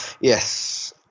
Yes